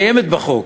היא קיימת בחוק,